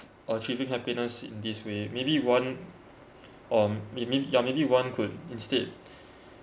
achieving happiness in this way maybe one um maybe ya maybe one could instead